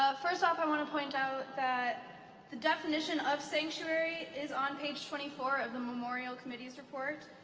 ah first off i want to point out that the definition of sanctuary is on page twenty four of the memorial committee's report.